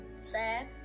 Sad